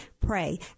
pray